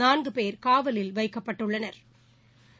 நான்கு போ காவலில் வைக்கப்பட்டுள்ளனா்